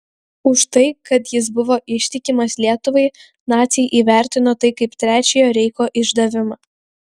už tai kad jis buvo ištikimas lietuvai naciai įvertino tai kaip trečiojo reicho išdavimą